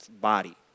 body